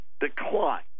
decline